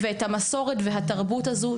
את המסורת ואת התרבות הזו,